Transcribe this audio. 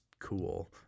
cool